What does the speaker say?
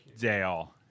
Dale